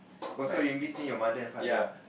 oh so in between your mother and father ah